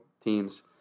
teams